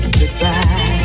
goodbye